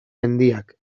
mendiak